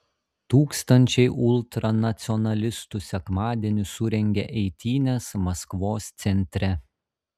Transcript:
tūkstančiai ultranacionalistų sekmadienį surengė eitynes maskvos centre